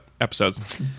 episodes